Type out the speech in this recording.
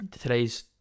today's